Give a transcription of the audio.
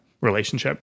relationship